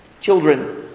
Children